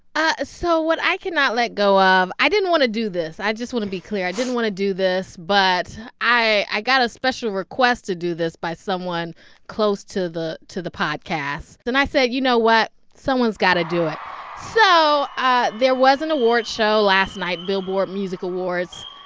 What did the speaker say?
ah so what i cannot let go of i didn't want to do this. i just want to be clear. i didn't want to do this. but i i got a special request to do this by someone close to the to the podcast. and i said, you know what? someone's got to do it so there was an award show last night billboard music awards.